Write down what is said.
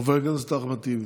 חבר הכנסת אחמד טיבי.